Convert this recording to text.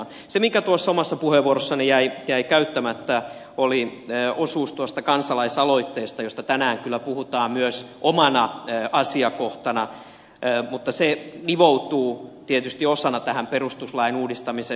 se mikä omassa puheenvuorossani jäi käsittelemättä oli osuus tuosta kansalaisaloitteesta josta tänään kyllä puhutaan myös omana asiakohtanaan mutta se nivoutuu tietysti osana tähän perustuslain uudistamiseen